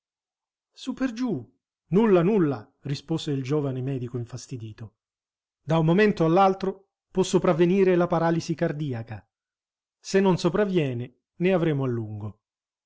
per giù nulla nulla rispose il giovane medico infastidito da un momento all'altro può sopravvenire la paralisi cardiaca se non sopravviene ne avremo a lungo